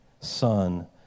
son